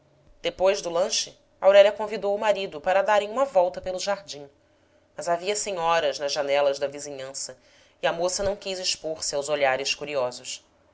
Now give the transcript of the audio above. depois do lanche aurélia convidou o marido para darem uma volta pelo jardim mas havia senhoras nas janelas da vizinhança e a moça não quis expor se aos olhares curiosos